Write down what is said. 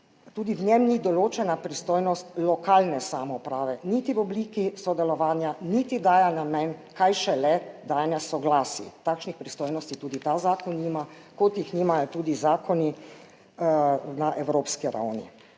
tudi v njem ni določena pristojnost lokalne samouprave, niti v obliki sodelovanja, niti daje namen, kaj šele dajanja soglasij. Takšnih pristojnosti tudi ta zakon nima, kot jih nimajo tudi zakoni na evropski ravni.